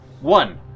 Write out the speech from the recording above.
One